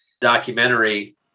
documentary